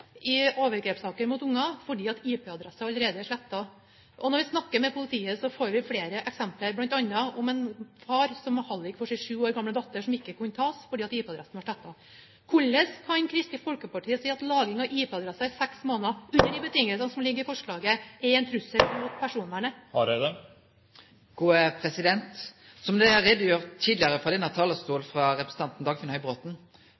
i overgrepssaker mot barn, fordi IP-adressene allerede er slettet. Når vi snakker med politiet, får vi flere eksempler, bl.a. om en far som er hallik for sin sju år gamle datter, og som ikke kunne tas, fordi IP-adressen var slettet. Hvordan kan Kristelig Folkeparti si at lagring av IP-adresser i seks måneder – under de betingelsene som ligger i forslaget – er en trussel mot personvernet? Som representanten Dagfinn Høybråten har gjort greie for tidlegare frå denne